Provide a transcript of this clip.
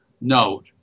note